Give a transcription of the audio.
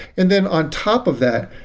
and then on top of that,